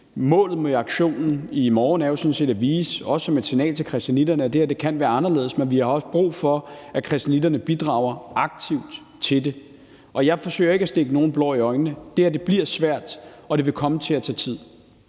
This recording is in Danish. Målet med aktionen i morgen er jo sådan set at vise, også som et signal til christianitterne, at det her kan være anderledes, men vi har også brug for, at christianitterne bidrager aktivt til det. Jeg forsøger ikke at stikke nogen blår i øjnene. Det her bliver svært, og det vil komme til at tage tid.